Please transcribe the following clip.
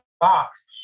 box